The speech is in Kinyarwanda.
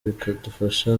bikadufasha